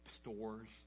stores